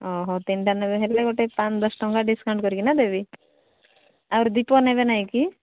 ତିନିଟା ନେବେ ହେଲେ ଗୋଟେ ପାଞ୍ଚ ଦଶଟଙ୍କା ଡିସ୍କାଉଣ୍ଟ୍ କରିକିନା ଦେବି ଆହୁରି ଦୀପ ନେବେ ନାହିଁକି